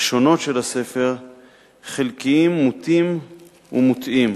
השונות של הספר חלקיים, מוטים ומוטעים.